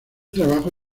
trabajo